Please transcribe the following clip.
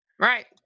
right